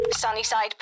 Sunnyside